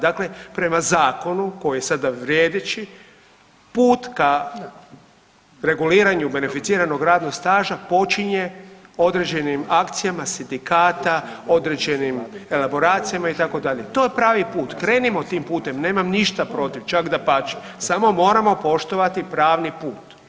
Dakle, prema zakonu koji je sada vrijedeći put ka reguliranju beneficiranog radnog staža počinje određenim akcijama sindikata, određenim elaboracijama itd., to je pravi put, krenimo tim putem, nemam ništa protiv čak dapače samo moramo poštovati pravni put.